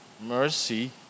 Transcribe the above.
mercy